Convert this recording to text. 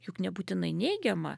juk nebūtinai neigiama